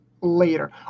later